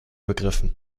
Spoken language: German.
begriffen